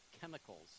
chemicals